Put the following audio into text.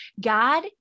God